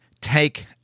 take